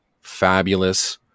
fabulous